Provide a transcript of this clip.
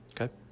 Okay